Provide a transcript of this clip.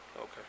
Okay